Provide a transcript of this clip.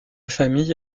famille